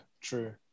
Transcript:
true